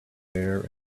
fair